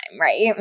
right